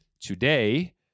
today